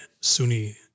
Sunni